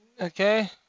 okay